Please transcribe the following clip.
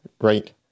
right